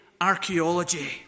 archaeology